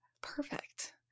perfect